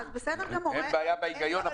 אין בעיה בהיגיון.